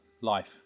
life